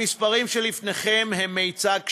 המספרים שלפניכם הם מצג שווא.